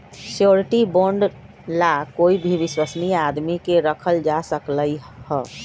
surety bond ला कोई भी विश्वस्नीय आदमी के रखल जा सकलई ह